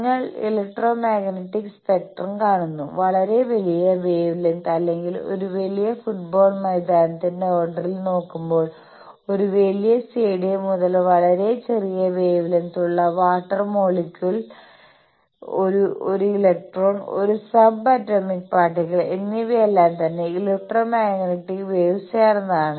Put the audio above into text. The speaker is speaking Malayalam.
നിങ്ങൾ ഇലക്ട്രോമാഗ്നെറ്റിക് സ്പെക്ട്രം കാണുന്നു വളരെ വലിയ വേവ് ലെങ്ത് അല്ലെങ്കിൽ ഒരു വലിയ ഫുട്ബോൾ മൈതാനത്തിന്റെ ഓർഡറിൽ നോക്കുമ്പോൾ ഒരു വലിയ സ്റ്റേഡിയം മുതൽ വളരെ ചെറിയ വേവ് ലെങ്ത്തുള്ള വാട്ടർ മോളിക്യൂൽഒരു ഇലക്ട്രോൺ ഒരു സബ് ആറ്റോമിക് പാർട്ടിക്കിൾ എന്നിവയെല്ലാം തന്നെ ഇലക്ട്രോമാഗ്നെറ്റിക് വേവ്സ് ചേർന്നതാണ്